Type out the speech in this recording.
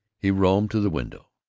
he roamed to the window.